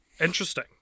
interesting